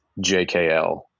jkl